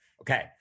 Okay